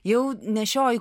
jau nešioji